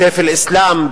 וסייף אל-אסלאם,